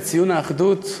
בציון האחדות,